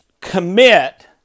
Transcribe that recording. commit